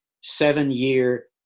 seven-year